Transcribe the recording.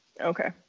Okay